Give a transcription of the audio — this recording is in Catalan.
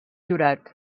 jurat